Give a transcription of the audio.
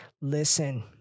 Listen